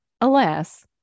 alas